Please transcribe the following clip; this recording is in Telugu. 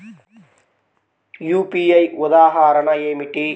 యూ.పీ.ఐ ఉదాహరణ ఏమిటి?